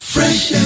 Fresh